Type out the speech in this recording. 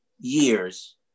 years